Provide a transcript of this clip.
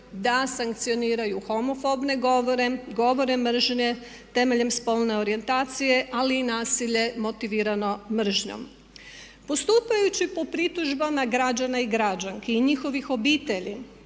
da sankcioniraju homofobne govore, govore mržnje temeljem spolne orijentacije ali i nasilje motivirano mržnjom. Postupajući po pritužbama građana i građanki i njihovih obitelji